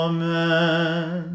Amen